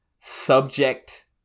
subject